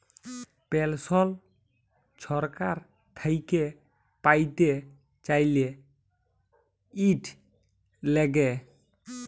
পেলসল ছরকার থ্যাইকে প্যাইতে চাইলে, ইট ল্যাগে